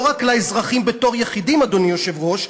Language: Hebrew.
לא רק לאזרחים בתור יחידים" אדוני היושב-ראש,